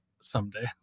someday